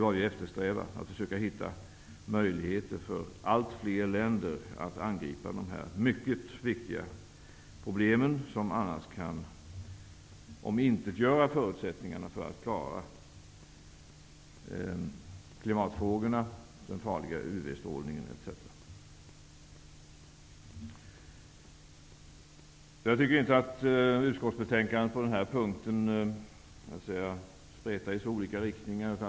Vi eftersträvar att hitta möjligheter för alltfler länder att angripa de här mycket viktiga problemen, som annars kan omintetgöra förutsättningarna för att klara klimatfrågorna, den farliga UV-strålningen etc. Jag tycker inte att man i utskottets betänkande spretar i så olika riktningar på den här punkten.